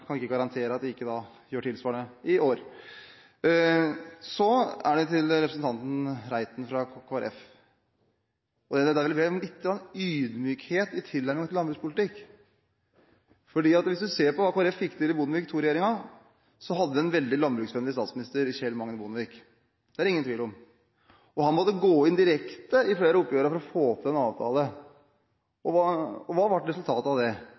kan ikke garantere at de ikke gjør tilsvarende i år. Til representanten Reiten fra Kristelig Folkeparti: Jeg vil be om lite grann ydmykhet i tilnærmingen til landbrukspolitikk, for hvis man ser på hva Kristelig Folkeparti fikk til i Bondevik II-regjeringen, ser vi at de hadde en veldig landbruksvennlig statsminister i Kjell Magne Bondevik. Det er det ingen tvil om. Han måtte gå inn direkte i flere av oppgjørene for å få til en avtale, og hva ble resultatet av det?